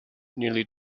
nearly